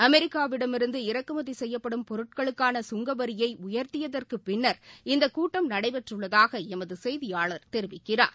அமெிக்காவிடமிருநது இறக்குமதிசெய்யப்படும் பொருட்களுக்கானசுங்கவரியைஉயர்த்தியதற்குபின்னர் இந்தகூட்டம் நடைபெற்றுள்ளதாகஎமதுசெய்தியாளர் தெரிவிக்கிறார்